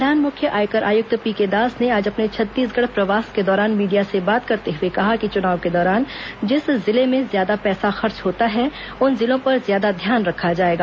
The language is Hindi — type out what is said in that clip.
प्रधान मुख्य आयकर आयक्त पीके दास ने आज अपने छत्तीसगढ़ प्रवास के दौरान मीडिया से बात करते हुए कहा कि चुनाव के दौरान जिस जिले में ज्यादा पैसे खर्चा होता है उन जिलों पर ज्यादा ध्यान रखा जाएगा